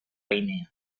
guinea